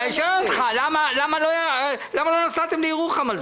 אני שואל אותך למה לא נסעתם לירוחם על זה.